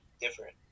Different